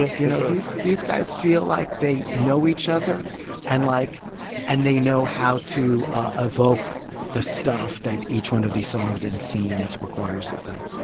you know, these these guys feel like they know each other and like and they know how to ah evoke the stuff that each one of these songs and scenes requires of them